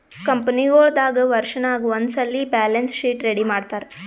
ಕಂಪನಿಗೊಳ್ ದಾಗ್ ವರ್ಷನಾಗ್ ಒಂದ್ಸಲ್ಲಿ ಬ್ಯಾಲೆನ್ಸ್ ಶೀಟ್ ರೆಡಿ ಮಾಡ್ತಾರ್